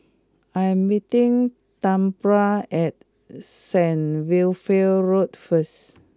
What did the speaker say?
I am meeting Tambra at Saint Wilfred Road first